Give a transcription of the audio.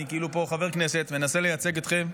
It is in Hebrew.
אני כאילו פה חבר כנסת, מנסה לייצג אתכם,